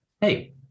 Hey